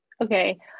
okay